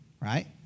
right